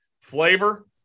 flavor